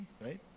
right